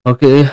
Okay